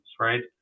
right